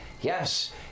Yes